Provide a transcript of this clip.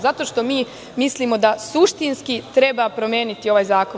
Zato što mi mislimo da suštinski treba promeniti ovaj zakon.